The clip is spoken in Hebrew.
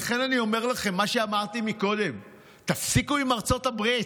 לכן אני אומר לכם מה שאמרתי קודם: תפסיקו עם ארצות הברית,